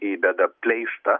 įbeda pleištą